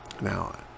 now